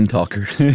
Talkers